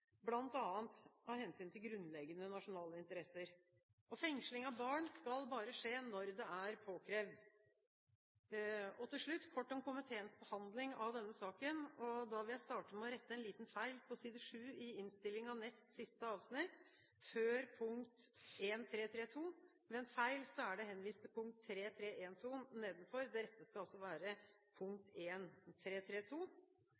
av hensyn til grunnleggende nasjonale interesser. Fengsling av barn skal bare skje når det er påkrevd. Til slutt kort om komiteens behandling av denne saken: Jeg vil starte med å rette en liten feil på side 7 i innstillingen, nest siste avsnitt før punkt 1.3.3.2. Ved en feil er det henvist til «punkt 3.3.1.2 nedenfor». Det rette skal altså være